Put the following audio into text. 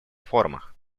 форумах